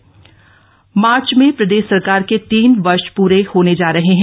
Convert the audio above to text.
बैठक CM March में प्रदेश सरकार के तीन वर्ष पूरे होने जा रहे हैं